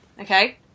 Okay